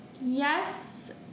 yes